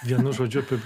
vienu žodžiu